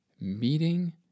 meeting